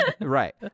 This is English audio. Right